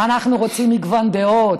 אנחנו רוצים מגוון דעות,